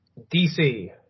DC